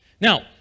Now